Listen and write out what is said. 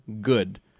good